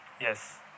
Yes